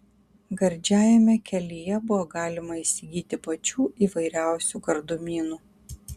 gardžiajame kelyje buvo galima įsigyti pačių įvairiausių gardumynų